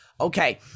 Okay